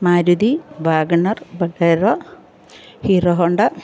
Maruti WagonR Bolero Hero Honda